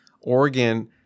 Oregon